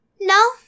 No